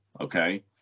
okay